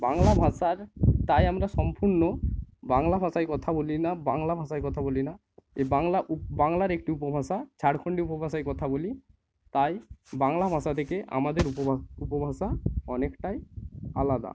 বাংলা ভাষার তাই আমরা সম্পূর্ণ বাংলা ভাষায় কথা বলি না বাংলা ভাষায় কথা বলি না এই বাংলা উপ বাংলার একটি উপভাষা ঝাড়খন্ডী উপভাষায় কথা বলি তাই বাংলা ভাষা থেকে আমাদের উপভা উপভাষা অনেকটাই আলাদা